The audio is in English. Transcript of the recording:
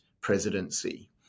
presidency